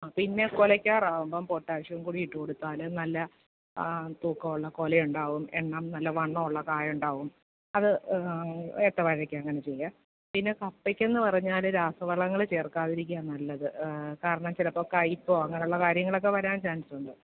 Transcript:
ആ പിന്നെ കുലയ്ക്കാറാവുമ്പം പൊട്ടാഷ്യം കൂടി ഇട്ടു കൊടുത്താൽ നല്ല തൂക്കമുള്ള കുലയുണ്ടാവും എന്നാ നല്ല വണ്ണമുള്ള കായയുണ്ടാവും അത് ഏത്തവാഴയ്ക്കാണ് അങ്ങനെ ചെയ്യുക പിന്നെ കപ്പയ്ക്കെന്നു പറഞ്ഞാൽ രാസവളങ്ങൾ ചേർക്കാതിരിക്കുകയാ നല്ലത് കാരണം ചിലപ്പോൾ കയിപ്പോ അങ്ങനെയുള്ള കാര്യങ്ങളൊക്കെ വരാൻ ചാൻസുണ്ട്